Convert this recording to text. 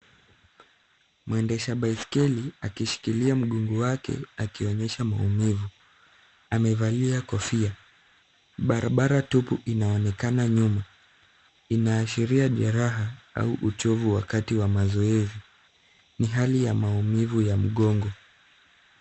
Mwendesha baiskeli akishikilia mgongo wake, akionyesha maumivu. Amevalia kofia ,barabara tupu inaonekana nyuma. Inaashiria jeraha au uchovu wakati wa mazoezi .Ni hali ya maumivu ya mgongo.